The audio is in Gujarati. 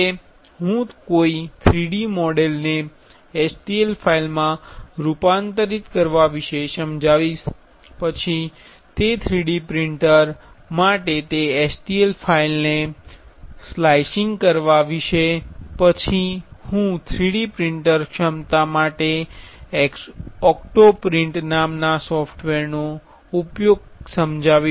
હવે હું કોઈ 3D મોડેલને STL ફાઇલમાં રૂપાંતરિત કરવા વિશે સમજાવીશ પછી તે 3D પ્રિંટર માટે તે STL ફાઇલને સ્લાઇસિંગ કરવા વિશે પછી હું વધુ 3D પ્રિન્ટિંગ ક્ષમતા માટે ઓક્ટો પ્રિન્ટ નામના સોફ્ટવેરને સમજાવીશ